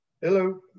Hello